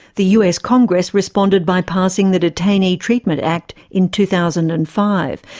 the us congress responded by passing the detainee treatment act in two thousand and five,